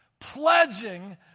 pledging